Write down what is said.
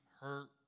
hurt